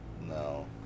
No